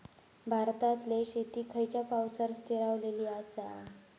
भारतातले शेती खयच्या पावसावर स्थिरावलेली आसा?